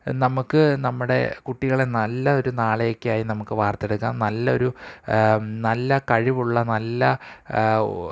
നമ്മള്ക്ക് നമ്മുടെ കുട്ടികളെ നല്ലൊരു നാളെക്കായി നമുക്ക് വാർത്തെടുക്കാം നല്ലൊരു നല്ല കഴിവുള്ള നല്ല